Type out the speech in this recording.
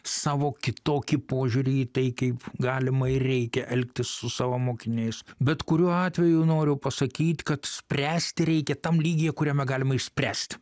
savo kitokį požiūrį į tai kaip galima ir reikia elgtis su savo mokiniais bet kuriuo atveju noriu pasakyt kad spręsti reikia tam lygyje kuriame galima išspręst